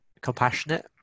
compassionate